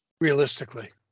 realistically